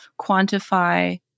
quantify